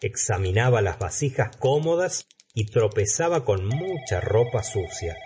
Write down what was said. examinaba las vasijas cómodas y tropezaba con mucha ropa sucia